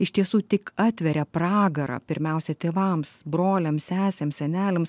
iš tiesų tik atveria pragarą pirmiausia tėvams broliams sesėms seneliams